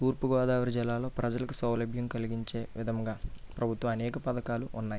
తూర్పుగోదావరి జిల్లాలో ప్రజలకు సౌలభ్యం కలిగించే విధంగా ప్రభుత్వ అనేక పథకాలు ఉన్నాయి